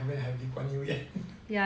don't have lee kuan yew yet